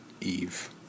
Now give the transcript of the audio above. Eve